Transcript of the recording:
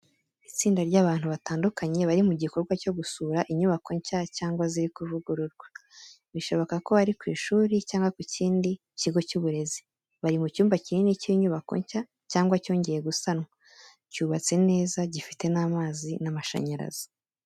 Itsinda ry’abantu batandukanye bari mu gikorwa cyo gusura inyubako nshya cyangwa ziri kuvugururwa, bishoboka ko ari ku ishuri cyangwa ku kindi kigo cy’uburezi. Bari mu cyumba kinini cy’inyubako nshya cyangwa cyongewe gusanwa. Cyubatse neza, gifite amazi n'amashanyarazi.